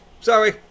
Sorry